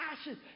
ashes